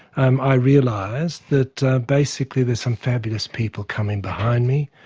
um i realised that basically there's some fabulous people coming behind me,